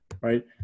Right